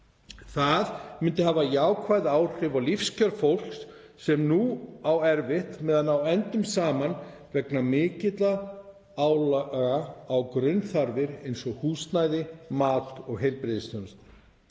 Það myndi hafa jákvæð áhrif á lífskjör fólks sem nú á erfitt með að ná endum saman vegna mikilla álagna á grunnþarfir eins og húsnæði, mat og heilbrigðisþjónustu.